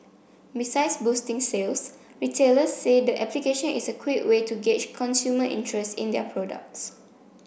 besides boosting sales retailers say the application is a quick way to gauge consumer interest in their products